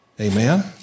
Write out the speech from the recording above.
Amen